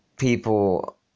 people